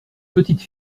petite